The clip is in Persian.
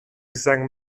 زنگ